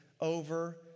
over